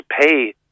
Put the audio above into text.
pay